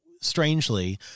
strangely